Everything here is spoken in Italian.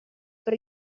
per